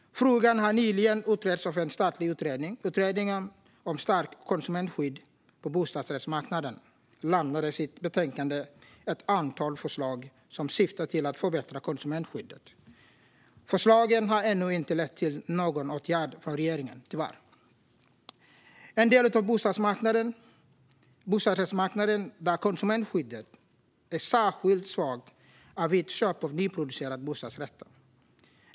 Frågan har nyligen utretts av en statlig utredning. Utredningen om stärkt konsumentskydd på bostadsrättsmarknaden lämnade i sitt betänkande ett antal förslag som syftar till att förbättra konsumentskyddet. Förslagen har tyvärr ännu inte lett till någon åtgärd från regeringens sida. En del av bostadsrättsmarknaden där konsumentskyddet är särskilt svagt är vid köp av nyproducerade bostadsrätter.